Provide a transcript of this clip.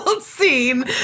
scene